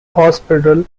hospital